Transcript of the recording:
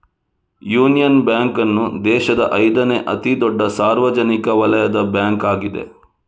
union Bank ಅನ್ನು ದೇಶದ ಐದನೇ ಅತಿ ದೊಡ್ಡ ಸಾರ್ವಜನಿಕ ವಲಯದ ಬ್ಯಾಂಕ್ ಆಗಿದೆ